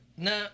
No